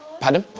pardon?